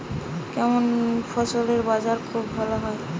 কেমন ফসলের বাজার খুব ভালো হয়?